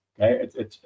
Okay